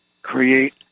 Create